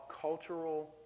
cultural